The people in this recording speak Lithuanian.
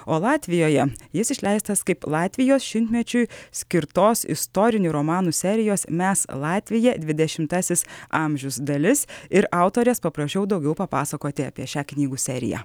o latvijoje jis išleistas kaip latvijos šimtmečiui skirtos istorinių romanų serijos mes latvija dvidešimtasis amžius dalis ir autorės paprašiau daugiau papasakoti apie šią knygų seriją